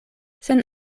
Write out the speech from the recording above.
sen